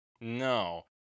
No